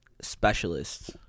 specialists